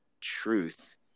truth